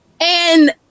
And-